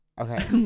Okay